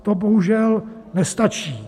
To bohužel nestačí.